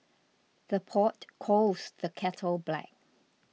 the pot calls the kettle black